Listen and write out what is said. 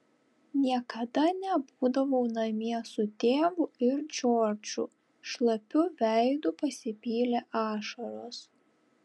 niekada nebūdavau namie su tėvu ir džordžu šlapiu veidu pasipylė ašaros